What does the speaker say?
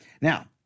Now